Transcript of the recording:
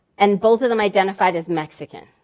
and both of them identified as mexican.